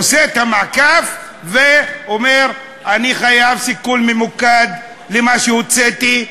עושה את המעקף ואומר: אני חייב סיכול ממוקד למה שהוצאתי,